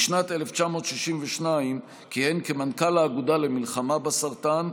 בשנת 1962 כיהן כמנכ"ל האגודה למלחמה בסרטן,